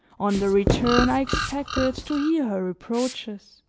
on the return, i expected to hear her reproaches